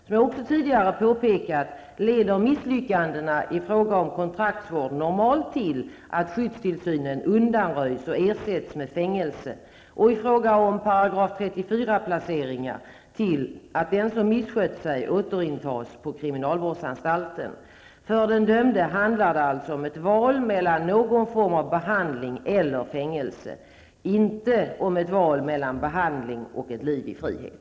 Som jag också tidigare påpekade leder misslyckandena i fråga om kontraktsvård normalt till att skyddstillsynen undanröjs och ersätts med fängelse och i fråga om § 34-placeringar till att den som missköter sig återintas på kriminalvårdsanstalten. För den dömde handlar det alltså om ett val mellan någon form av behandling och fängelse, inte om ett val mellan behandling och ett liv i frihet.